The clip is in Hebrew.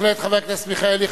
בהחלט, חבר הכנסת מיכאלי.